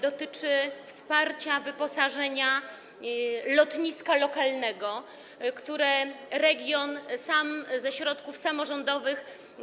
Dotyczy wsparcia wyposażenia lotniska lokalnego, które region sam buduje ze środków samorządowych.